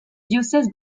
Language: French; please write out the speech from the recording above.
diocèse